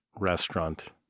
restaurant